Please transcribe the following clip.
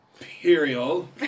imperial